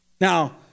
Now